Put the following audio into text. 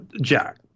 Jack